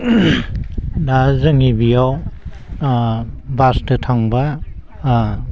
दा जोंनि बियाव ओ बासदो थांब्ला ओ